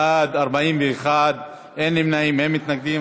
בעד, 41, אין נמנעים, אין מתנגדים.